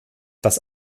das